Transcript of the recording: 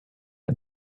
and